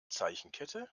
zeichenkette